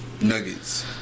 Nuggets